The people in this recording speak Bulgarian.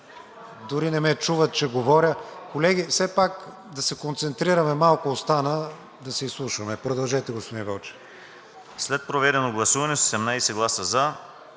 Дори не ме чуват, че говоря. Колеги, все пак да се концентрираме. Малко остана, да се изслушваме. Продължете, господин Вълчев.